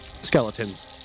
Skeletons